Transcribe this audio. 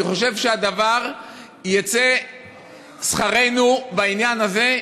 אני חושב שיצא שכרנו בעניין הזה,